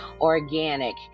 organic